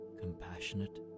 compassionate